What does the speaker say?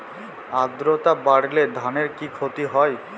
আদ্রর্তা বাড়লে ধানের কি ক্ষতি হয়?